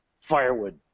firewood